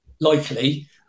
likely